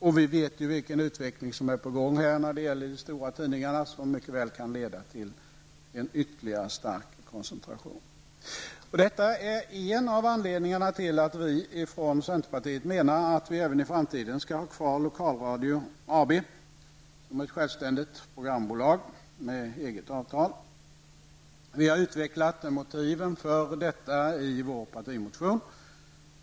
Och vi vet ju vilken utveckling som är på gång när det gäller de stora tidningarna, vilken mycket väl kan leda till en ytterligare stark koncentration. Detta är en av anledningarna till att vi från centerpartiet menar att vi även i framtiden skall ha kvar Sveriges Lokalradio AB som ett självständigt programbolag med eget avtal. Vi har utvecklat motiven för detta i vår partimotion.